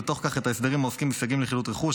ובתוך כך את ההסדרים העוסקים בסייגים לחילוט רכוש,